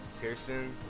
Pearson